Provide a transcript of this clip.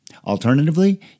Alternatively